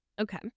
Okay